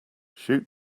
shoot